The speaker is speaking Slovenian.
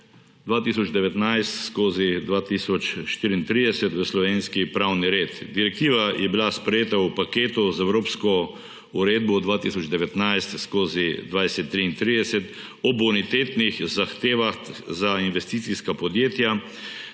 2019/2034 v slovenski pravni red. Direktiva je bila sprejeta v paketu z evropsko uredbo 2019/2033 o bonitetnih zahtevah za investicijska podjetja,